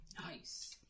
Nice